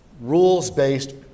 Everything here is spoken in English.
rules-based